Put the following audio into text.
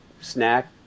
snack